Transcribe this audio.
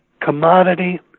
commodity